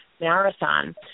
marathon